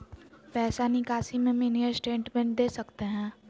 पैसा निकासी में मिनी स्टेटमेंट दे सकते हैं?